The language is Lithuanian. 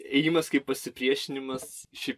ėjimas kaip pasipriešinimas šiaip